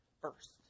first